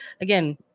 again